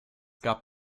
gab